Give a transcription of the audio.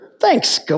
Thanks